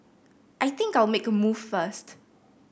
I think I'll make a move first